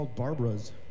Barbara's